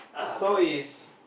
so it's